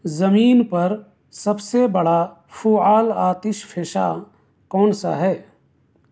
زمین پر سب سے بڑا فعال آتش فشاں کون سا ہے